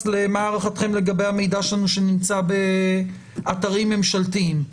למה הערכתכם לגבי המידע שלנו שנמצא באתרים ממשלתיים,